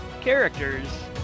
characters